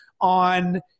on